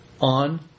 on